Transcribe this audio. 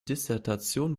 dissertation